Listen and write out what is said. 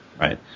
Right